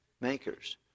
makers